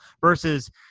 versus